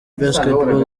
basketball